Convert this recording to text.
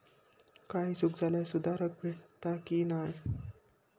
काही चूक झाल्यास सुधारक भेटता की नाय?